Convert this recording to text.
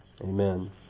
Amen